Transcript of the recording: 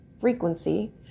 frequency